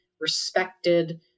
respected